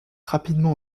rapidement